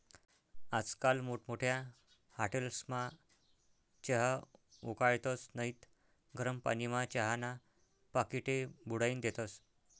आजकाल मोठमोठ्या हाटेलस्मा चहा उकाळतस नैत गरम पानीमा चहाना पाकिटे बुडाईन देतस